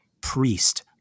priest